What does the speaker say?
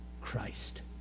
Christ